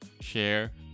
share